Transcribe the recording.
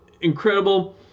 incredible